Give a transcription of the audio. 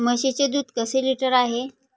म्हशीचे दूध कसे लिटर आहे?